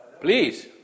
Please